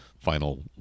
final